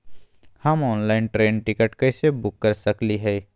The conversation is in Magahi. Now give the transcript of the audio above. हम ऑनलाइन ट्रेन टिकट कैसे बुक कर सकली हई?